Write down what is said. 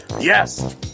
Yes